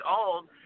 old